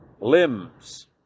limbs